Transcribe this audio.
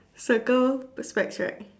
circle the specs right